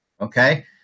okay